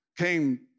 came